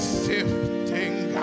sifting